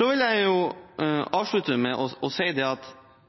Jeg vil avslutte med å si at det å se hele landet og det å se Fjellregionens særegne fordeler og muligheter, burde være enhver regjerings ønske. Jeg registrerer at